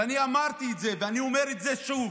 ואני אמרתי את זה ואני אומר את זה שוב: